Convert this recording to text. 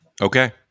okay